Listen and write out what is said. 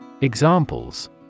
Examples